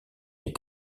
est